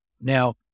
Now